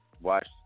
Watch